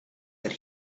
that